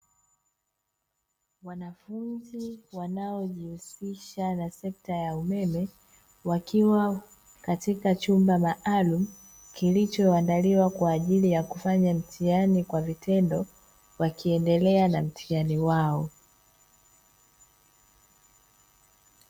Wanafunzi wanaojihusisha na sekta ya umeme, wakiwa katika chumba maalumu kilichoandaliwa kwa ajili ya kufanya mtihani kwa vitendo wakiendelea na mtihani wao.